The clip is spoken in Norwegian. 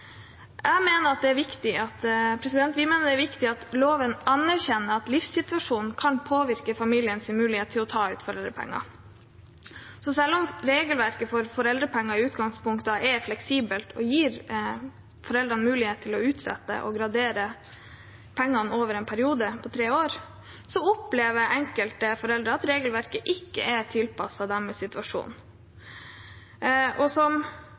Vi mener det er viktig at loven anerkjenner at livssituasjonen kan påvirke familiens mulighet til å ta ut foreldrepenger. Selv om regelverket for foreldrepenger i utgangspunktet er fleksibelt og gir foreldrene mulighet til å utsette og gradere pengene over en periode på tre år, opplever enkelte foreldre at regelverket ikke er tilpasset deres situasjon og har noen begrensninger som